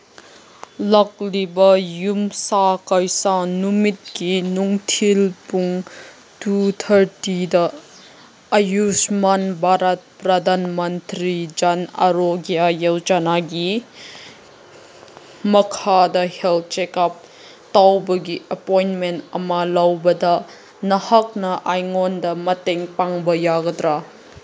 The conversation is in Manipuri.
ꯂꯥꯛꯂꯤꯕ ꯌꯨꯝꯁꯥ ꯀꯩꯁꯥ ꯅꯨꯃꯤꯠꯀꯤ ꯅꯨꯡꯊꯤꯜ ꯄꯨꯡ ꯇꯨ ꯊꯥꯔꯇꯤꯗ ꯑꯌꯨꯁꯃꯥꯟ ꯚꯥꯔꯠ ꯄ꯭ꯔꯙꯥꯟ ꯃꯟꯇ꯭ꯔꯤ ꯖꯟ ꯑꯔꯣꯒ꯭ꯌꯥ ꯌꯣꯖꯅꯥꯒꯤ ꯃꯈꯥꯗ ꯍꯦꯜꯠ ꯆꯦꯀꯞ ꯇꯧꯕꯒꯤ ꯑꯄꯣꯏꯟꯃꯦꯟ ꯑꯃ ꯂꯧꯕꯗ ꯅꯍꯥꯛꯅ ꯑꯩꯉꯣꯟꯗ ꯃꯇꯦꯡ ꯄꯥꯡꯕ ꯌꯥꯒꯗ꯭ꯔꯥ